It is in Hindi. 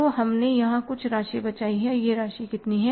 तो हमने यहाँ कुछ राशि बचाई है और यह राशि कितनी है